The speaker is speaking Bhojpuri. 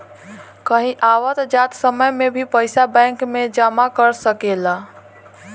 कहीं आवत जात समय में भी पइसा बैंक में जमा कर सकेलऽ